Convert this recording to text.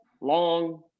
long